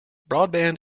broadband